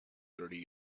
thirty